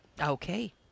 Okay